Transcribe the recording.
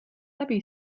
läbi